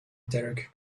derek